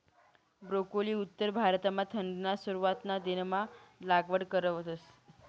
broccoli उत्तर भारतमा थंडीना सुरवातना दिनमा लागवड करतस